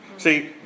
See